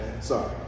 Sorry